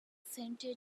centre